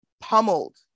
pummeled